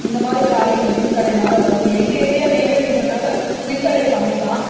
இந்த மாதிரி காரியங்கள் மின்தடையினால் வருது எங்கள் ஏரியா நெய்வேலின்றனால மின்தடை கம்மி தான்